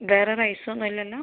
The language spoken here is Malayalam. വേറെ റൈസ് ഒന്നും ഇല്ലല്ലോ